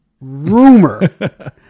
rumor